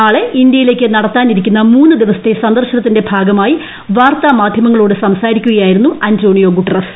നാളെ ഇന്ത്യയിലേയ്ക് നടത്താനിരിക്കുന്ന മൂന്ന് ദിവസത്തെ സന്ദർശനത്തിന്റെ ഭാഗമായി വാർത്താ മാധ്യമങ്ങളോട് സംസാരിക്കുകയായിരുന്നു അന്റോണിയോ ഗുട്ട്റസ്